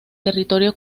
territorio